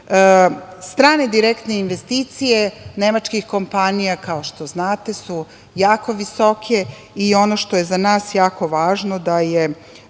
bio. Strane direktne investicije nemačkih kompanija, kao što znate su jako visoke i ono što je za nas jako važno da je